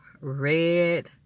red